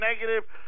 negative